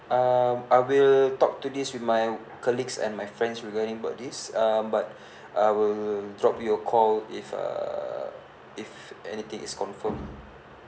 um I will talk to this with my colleagues and my friends regarding about this um but I will drop you a call if err if anything is confirmed